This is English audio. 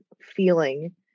feeling